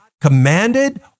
commanded